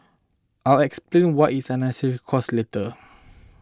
I'll explain why is an unnecessary cost later